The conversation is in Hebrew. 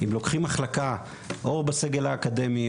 אם לוקחים מחלקה או בסגל האקדמי,